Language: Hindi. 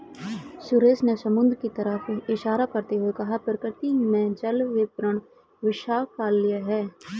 सुरेश ने समुद्र की तरफ इशारा करते हुए कहा प्रकृति में जल वितरण विशालकाय है